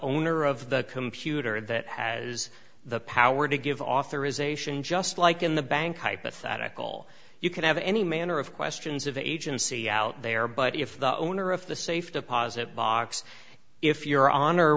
owner of the computer that has the power to give authorisation just like in the bank hypothetical you could have any manner of questions of agency out there but if the owner of the safe deposit box if your hon